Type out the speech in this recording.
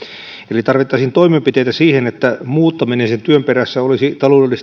eli tarvittaisiin toimenpiteitä siihen että muuttaminen sen työn perässä olisi taloudellisesti